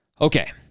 Okay